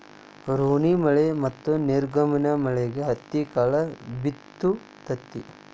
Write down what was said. ರೋಣಿಮಳಿ ಮತ್ತ ಮಿರ್ಗನಮಳಿಗೆ ಹತ್ತಿಕಾಳ ಬಿತ್ತು ತತಿ